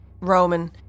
Roman